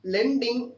Lending